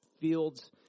fields